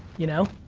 you know?